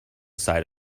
side